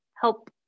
help